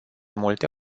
multe